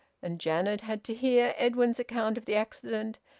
and janet had to hear edwin's account of the accident,